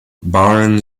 baron